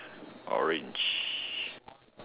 orange